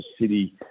City